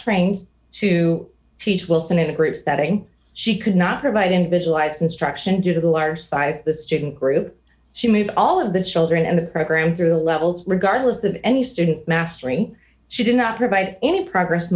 trained to teach wilson in a group setting she could not provide individualized instruction due to the larger size the student group she made all of the children and the program through a levels regardless of any student mastery she did not provide any progress